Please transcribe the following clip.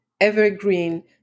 evergreen